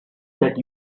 that